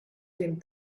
dem